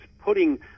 putting